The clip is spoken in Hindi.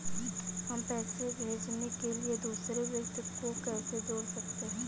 हम पैसे भेजने के लिए दूसरे व्यक्ति को कैसे जोड़ सकते हैं?